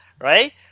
right